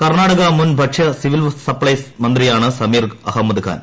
കർണ്ണാടക മുൻ ഭക്ഷ്യ civil supplies മന്ത്രിയാണ് സമീർ അഹമ്മദ്ഖാൻ